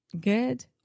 good